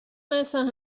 مثل